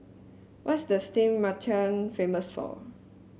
what is Sint Maarten famous for